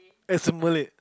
as a Malay